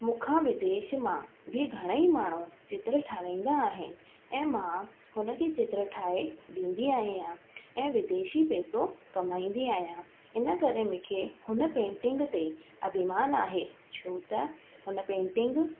मूं खां विदेश मां बि घणा ई माण्हू चित्र ठाहिराईंदा आहिनि ऐं मां हुन खे चित्र ठाहे ॾींदी आहियां ऐं विदेशी पैसो कमाईंदी आहियां इन करे मूंखे हुन पेंटिंग ते अभिमान आहे छो त हुन पेंटिंग